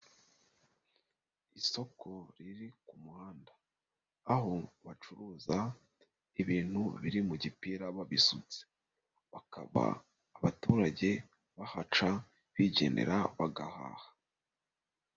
Isoko riri ku muhanda. Aho bacuruza ibintu biri mu gipira babisutse. Bakaba abaturage bahaca bigedera bagahaha.